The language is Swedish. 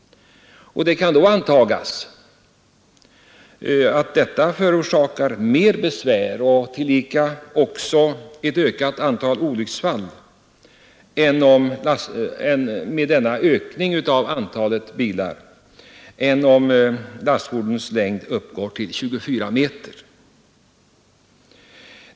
Det kan antas att ökningen av antalet fordon förorsakar mera besvär och tillika ett större antal olyckor än om lastfordonens längd tillåts uppgå till 24 meter.